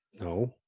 No